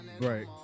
Right